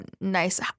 nice